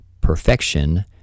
perfection